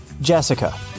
Jessica